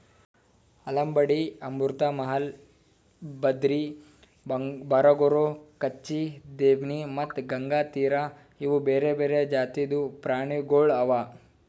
ಆಲಂಬಾಡಿ, ಅಮೃತ್ ಮಹಲ್, ಬದ್ರಿ, ಬರಗೂರು, ಕಚ್ಚಿ, ದೇವ್ನಿ ಮತ್ತ ಗಂಗಾತೀರಿ ಇವು ಬೇರೆ ಬೇರೆ ಜಾತಿದು ಪ್ರಾಣಿಗೊಳ್ ಅವಾ